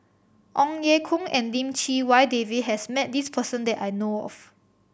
Ong Ye Kung and Lim Chee Wai David has met this person that I know of